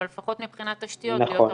אבל לפחות מבחינת תשתיות להיות ערוכים.